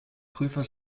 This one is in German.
prüfer